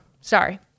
Sorry